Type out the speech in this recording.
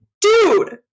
dude